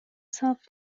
self